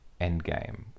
Endgame